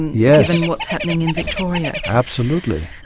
yeah given what's happening in victoria. absolutely,